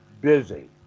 busy